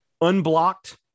unblocked